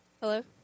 hello